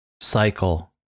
cycle